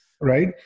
right